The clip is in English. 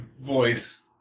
voice